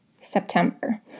September